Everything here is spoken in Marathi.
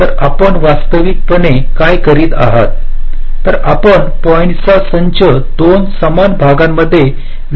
तर आपण वास्तविकपणे काय करीत आहात तरआपण पॉईंट्चा संच 2 समान भागामध्ये विभाजित करीत आहोत